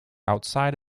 outside